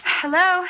hello